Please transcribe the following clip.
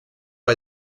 bei